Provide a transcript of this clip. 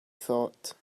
thought